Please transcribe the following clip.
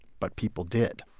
but people did.